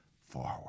forward